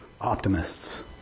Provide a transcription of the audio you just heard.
optimists